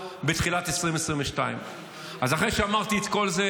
בתחילת 2022. אז אחרי שאמרתי את כל זה,